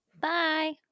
Bye